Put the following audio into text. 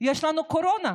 יש לנו קורונה,